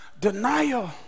Denial